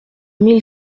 mille